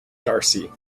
darcy